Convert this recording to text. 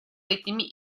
этими